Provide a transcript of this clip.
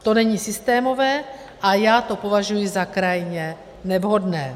To není systémové a já to považuji za krajně nevhodné.